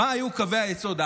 מה היו קווי היסוד,